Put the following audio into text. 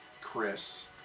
Chris